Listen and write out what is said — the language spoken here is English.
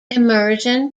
immersion